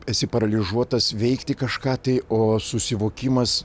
esi paralyžiuotas veikti kažką tai o susivokimas